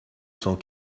cent